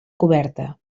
coberta